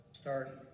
start